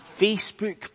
Facebook